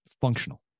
functional